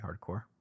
hardcore